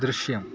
ദൃശ്യം